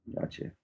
gotcha